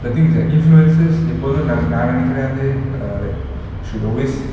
the thing is that influencers எப்போதும் நான் நினைக்கிறது வந்து:epothum naan ninaikirathu vanthu err like should always